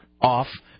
off